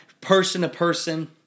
person-to-person